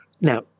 Now